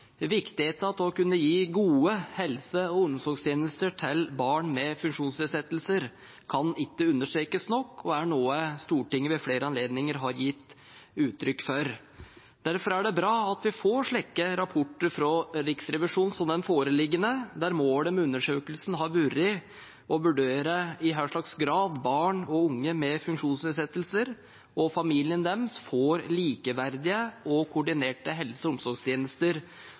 å kunne gi gode helse- og omsorgstjenester til barn med funksjonsnedsettelser kan ikke understrekes nok og er noe Stortinget ved flere anledninger har gitt uttrykk for. Derfor er det bra at vi får slike rapporter fra Riksrevisjonen som den foreliggende, der målet med undersøkelsen har vært å vurdere i hva slags grad barn og unge med funksjonsnedsettelser og familiene deres får likeverdige og koordinerte helse- og omsorgstjenester,